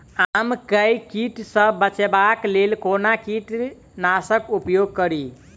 आम केँ कीट सऽ बचेबाक लेल कोना कीट नाशक उपयोग करि?